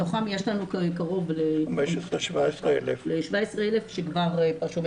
מתוכם יש לנו קרוב ל-17,000 שכבר פרשו.